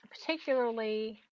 particularly